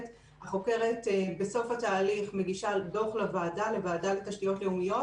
והחוקרת בסוף התהליך מגישה דוח לוועדה לתשתיות לאומיות